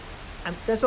of course